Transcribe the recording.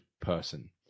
person